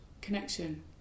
connection